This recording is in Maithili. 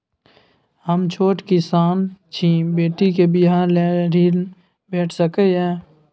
हम छोट किसान छी, बेटी के बियाह लेल ऋण भेट सकै ये?